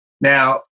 Now